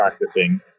practicing